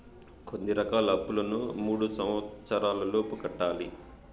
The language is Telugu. కొన్ని రకాల అప్పులను మూడు సంవచ్చరాల లోపు కట్టాలి